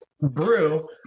brew